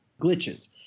glitches